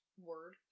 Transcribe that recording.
word